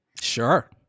sure